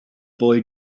boy